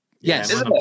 yes